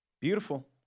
Beautiful